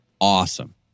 awesome